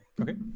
Okay